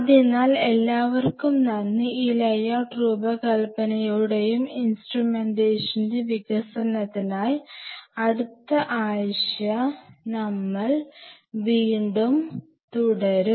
അതിനാൽ എല്ലാവർക്കും നന്ദി ഈ ലേഔട്ട് രൂപകൽപ്പനയുടെയും ഇൻസ്ട്രുമെന്റേഷന്റെയും വികസനത്തിനായി അടുത്ത ആഴ്ച നമ്മൾ വീണ്ടും തുടരും